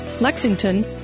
Lexington